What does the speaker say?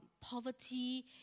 poverty